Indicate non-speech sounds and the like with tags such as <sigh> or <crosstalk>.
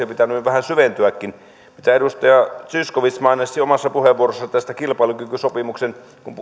<unintelligible> pitänyt vähän syventyäkin kuten edustaja zyskowicz mainitsi omassa puheenvuorossaan tästä kilpailukykysopimuksen